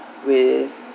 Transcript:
with